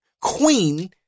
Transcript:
queen